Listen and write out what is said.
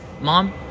mom